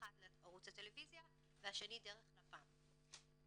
האחד לערוץ הטלויזיה והשני דרך לפ"מ.